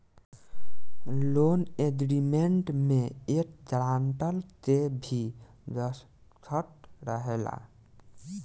loan agreement में एक grantor के भी दस्तख़त रहेला